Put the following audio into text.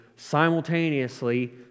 simultaneously